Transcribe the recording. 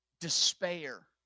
despair